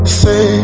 say